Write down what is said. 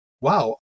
wow